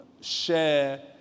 share